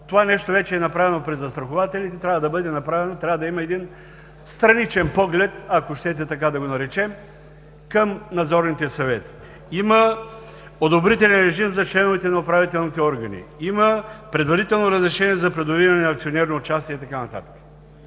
Това вече е направено при застрахователите и трябва да има един страничен поглед, ако щете така да го наречем, към надзорните съвети. Има одобрителен режим за членовете на управителните органи. Има предварително разрешение за придобиване на акционерно участие и така